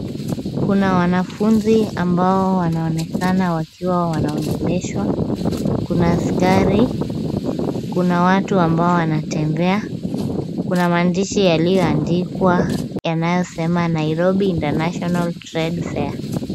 Kuna wanafunzi ambao wanaonekana wakiwa wanaongeleshwa, kuna askari, kuna watu ambao wanatembea, kuna maandishi yaliyoandikwa yanayosema Nairobi International Trade Fair .